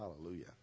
Hallelujah